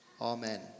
Amen